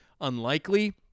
unlikely